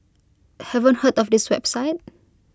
haven't heard of this website